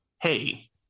hey